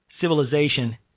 civilization